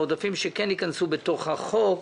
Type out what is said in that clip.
העודפים שכן ייכנסו בתוך החוק.